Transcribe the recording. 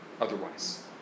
otherwise